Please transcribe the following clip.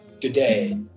Today